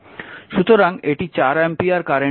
সুতরাং এটি 4 অ্যাম্পিয়ার কারেন্টের উৎস